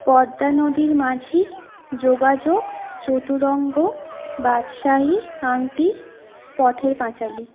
পদ্মা নদীর মাঝি যোগাযোগ চতুরঙ্গ বাদশাহী আংটি পথের পাঁচালী